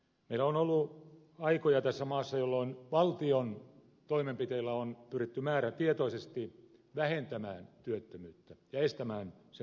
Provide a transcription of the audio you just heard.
meillä on ollut aikoja tässä maassa jolloin valtion toimenpiteillä on pyritty määrätietoisesti vähentämään työttömyyttä ja estämään sen syntyä